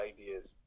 ideas